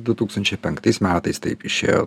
du tūkstančiai penktais metais taip išėjo